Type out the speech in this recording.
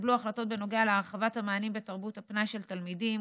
התקבלו החלטות בנוגע להרחבת המענים בתרבות הפנאי של התלמידים,